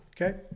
Okay